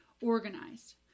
organized